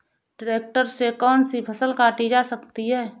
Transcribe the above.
Tractor से कौन सी फसल काटी जा सकती हैं?